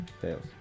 Fails